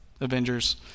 Avengers